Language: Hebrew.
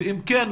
ואם כן,